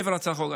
מעבר להצעת החוק,